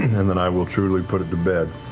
and then i will truly put it to bed,